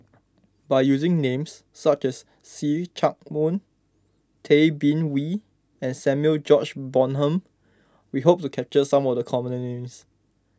by using names such as See Chak Mun Tay Bin Wee and Samuel George Bonham we hope to capture some of the common names